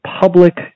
public